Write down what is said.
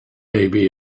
maybe